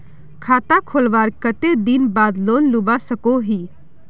खाता खोलवार कते दिन बाद लोन लुबा सकोहो ही?